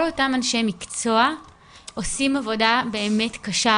כל אותם אנשי מקצוע עושים עבודה באמת קשה,